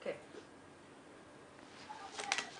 אנחנו מדברים על השע"ם,